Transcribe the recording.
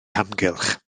hamgylch